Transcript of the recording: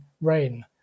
rain